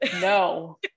no